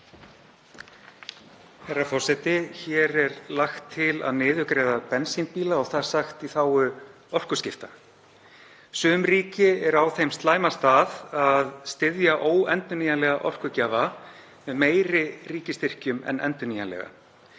Hér er lagt til að niðurgreiða bensínbíla og það er sagt í þágu orkuskipta. Sum ríki eru á þeim slæma stað að styðja óendurnýjanlega orkugjafa með meiri ríkisstyrkjum en endurnýjanlega.